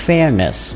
Fairness